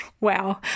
Wow